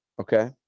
Okay